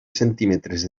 centímetres